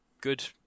good